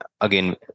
again